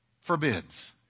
forbids